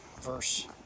verse